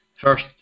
First